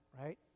right